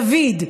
דוד,